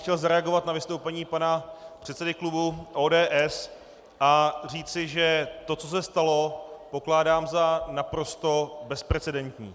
Chtěl bych zareagovat na vystoupení pana předsedy klubu ODS a říci, že to, co se stalo, pokládám za naprosto bezprecedentní.